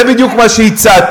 זה בדיוק מה שהצעתי.